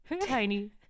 tiny